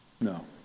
No